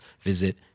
visit